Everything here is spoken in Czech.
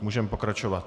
Můžeme pokračovat.